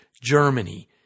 Germany